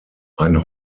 ein